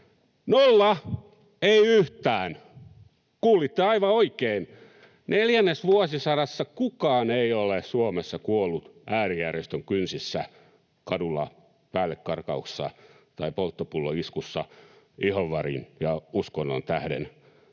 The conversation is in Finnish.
Nolla. Ei yhtään, kuulitte aivan oikein. Neljännesvuosisadassa kukaan ei ole Suomessa kuollut äärijärjestön kynsissä kadulla päällekarkauksessa tai polttopulloiskussa ihonvärin ja uskonnon tähden.